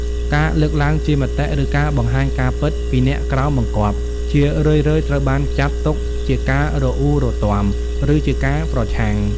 ការលើកឡើងជាមតិ ឬការបង្ហាញការពិតពីអ្នកក្រោមបង្គាប់ ជារឿយៗត្រូវបានចាត់ទុកជាការរអ៊ូរទាំ ឬជាការប្រឆាំង។